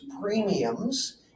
premiums